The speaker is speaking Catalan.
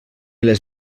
les